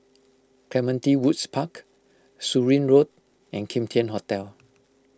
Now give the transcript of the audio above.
Clementi Woods Park Surin Road and Kim Tian Hotel